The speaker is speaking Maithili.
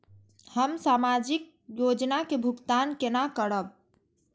हम सामाजिक योजना के भुगतान केना करब?